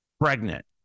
pregnant